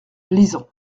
lisant